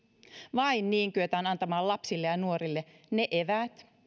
vain niin kyetään antamaan lapsille ja nuorille ne eväät